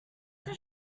does